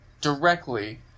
directly